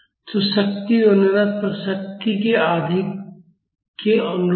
तो शक्ति अनुनाद पर शक्ति के आधी के अनुरूप है